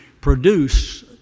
produce